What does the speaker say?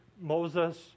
Moses